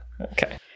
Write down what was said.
Okay